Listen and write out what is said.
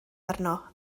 arno